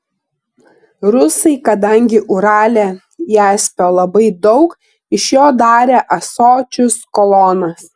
rusai kadangi urale jaspio labai daug iš jo darė ąsočius kolonas